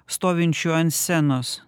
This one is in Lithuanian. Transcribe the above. stovinčiu an scenos